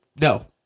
No